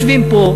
יושבים פה,